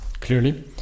clearly